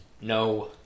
no